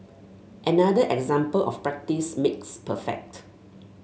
another example of practice makes perfect